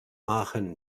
aachen